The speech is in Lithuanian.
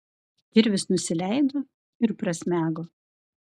kirvis nusileido ir prasmego